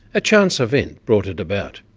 a chance event brought it about.